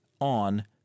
on